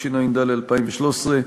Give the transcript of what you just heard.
התשע"ד 2013,